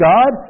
God